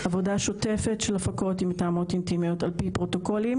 עבודה שוטפת של הפקות עם מתאמות אינטימיות על פי פרוטוקולים